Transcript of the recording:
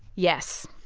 yes,